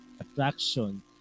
attraction